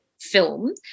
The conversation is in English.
film